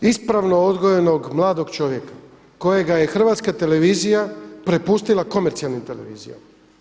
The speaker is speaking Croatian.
ispravno odgojenog mladog čovjeka kojega je Hrvatska televizija prepustila komercijalnim televizijama.